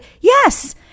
yes